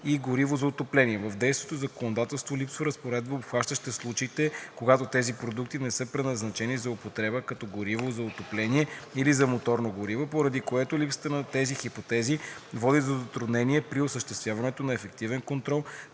и гориво за отопление). В действащото законодателство липсва разпоредба, обхващаща случаите, когато тези продукти не са предназначени за употреба, като гориво за отопление или за моторно гориво, поради което липсата на тези хипотези води до затруднения при осъществяването на ефективен контрол,